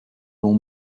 l’on